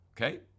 Okay